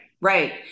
right